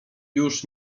już